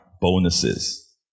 bonuses